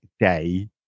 day